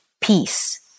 peace